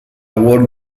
world